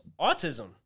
autism